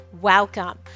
welcome